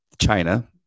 China